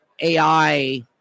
AI